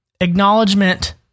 Acknowledgement